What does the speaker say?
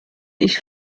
ich